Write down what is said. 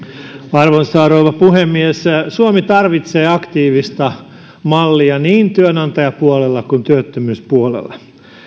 arvoisa rouva puhemies suomi tarvitsee aktiivista mallia niin työnantajapuolella kuin työttömyyspuolellakin